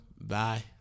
Bye